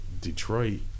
Detroit